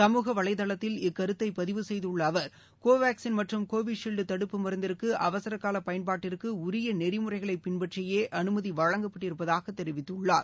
சமூக வலைதளத்தில் இக்கருத்தை பதிவு செய்துள்ள அவர் னோவாக்சின் மற்றும் கோவிஷீல்டு தடுப்பு மருந்திற்கு அவசரனூல பயன்பாட்டிற்கு உரிய நெறிமுறைகளை பின்பற்றியே அனுமதி வழங்கப்பட்டிருப்பதாக தெரிவித்துள்ளார்